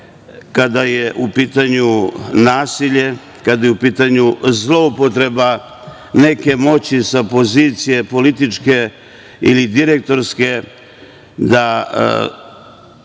kada je u pitanju nasilje, kada je u pitanju zloupotreba neke moći sa pozicije političke ili direktorske da